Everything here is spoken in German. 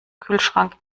kühlschrank